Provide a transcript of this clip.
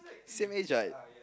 same age what